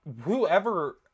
whoever